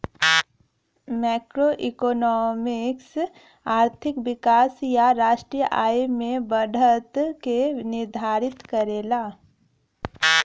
macroeconomics आर्थिक विकास या राष्ट्रीय आय में बढ़त के निर्धारित करला